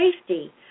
safety